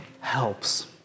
helps